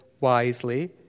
wisely